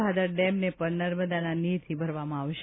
ભાદર ડેમને પણ નર્મદાના નીરથી ભરવામાં આવશે